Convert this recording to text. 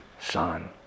son